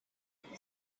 nyuma